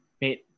made